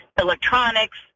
electronics